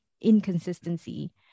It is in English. inconsistency